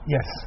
Yes